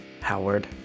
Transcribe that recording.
Howard